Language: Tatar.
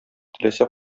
теләсә